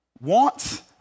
wants